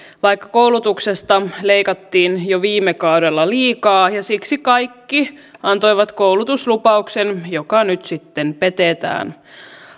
vaikka koulutuksesta leikattiin jo viime kaudella liikaa ja siksi kaikki antoivat koulutuslupauksen joka nyt sitten petetään